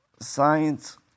science